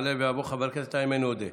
יעלה ויבוא חבר הכנסת איימן עודה,